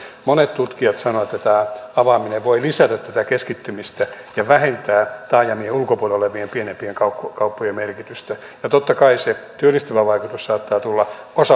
monet tutkijat sanovat että tämä avaaminen voi lisätä tätä keskittymistä ja vähentää taajamien ulkopuolella olevien pienempien kauppojen merkitystä ja totta kai se työllistävä vaikutus saattaa tulla osa aikatyön kautta